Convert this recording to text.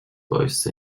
voice